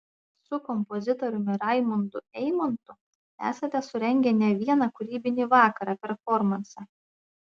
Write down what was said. su kompozitoriumi raimundu eimontu esate surengę ne vieną kūrybinį vakarą performansą